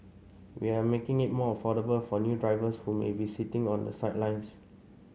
we are making it more affordable for new drivers who may be sitting on the sidelines